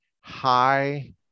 high